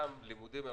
מבחינתם לימודים מרחוק,